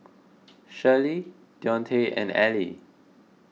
Shirley Deonte and Allie